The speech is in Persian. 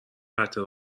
قطع